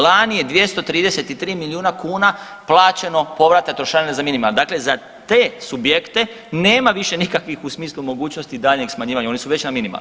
Lani je 233 milijuna kuna plaćeno povrata trošarine za minimalne, dakle za te subjekte nema više nikakvih u smislu mogućnosti daljnjeg smanjivanja, oni su već na minimalnom.